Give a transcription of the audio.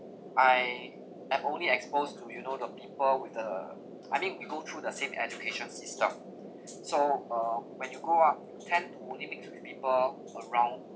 I I've only exposed to you know the people with the I mean we go through the same education system so uh when you grow up you tend to only mix with people around